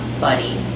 buddy